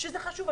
וזה חשוב,